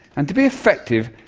and to be effective,